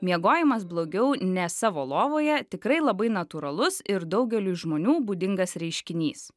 miegojimas blogiau ne savo lovoje tikrai labai natūralus ir daugeliui žmonių būdingas reiškinys